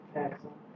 Excellent